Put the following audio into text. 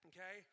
Okay